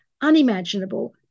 unimaginable